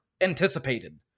anticipated